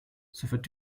suffered